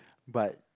but